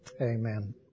Amen